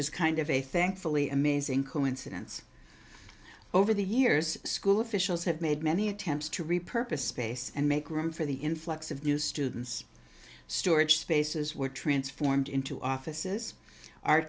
is kind of a thankfully amazing coincidence over the years school officials have made many attempts to repurpose space and make room for the influx of new students storage spaces were transformed into offices ar